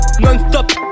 Non-stop